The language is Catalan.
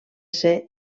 ser